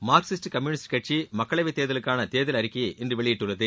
Marxist Communist கட்சி மக்களவைத் தேர்தலுக்கான தேர்தல் அறிக்கையப இன்று வெளியிட்டுள்ளது